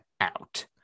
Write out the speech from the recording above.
out